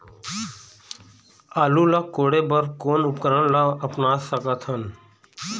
आलू ला कोड़े बर कोन उपकरण ला अपना सकथन?